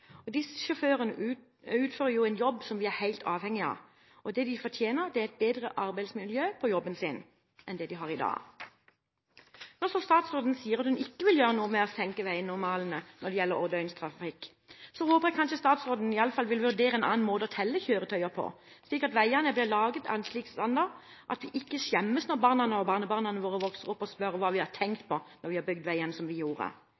på. Disse sjåførene utfører en jobb vi er helt avhengige av, og de fortjener et bedre arbeidsmiljø på jobben sin enn de har i dag. Når statsråden sier at hun ikke vil gjøre noe for å senke veinormalene når det gjelder årsdøgntrafikk, håper jeg statsråden i alle fall vil vurdere en annen måte å telle kjøretøyer på, slik at veiene blir laget med en slik standard at vi ikke skjemmes når barna og barnebarna våre vokser opp og spør hva vi tenkte på da vi bygde veiene som vi gjorde.